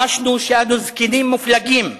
חשנו שאנו זקנים מופלגים,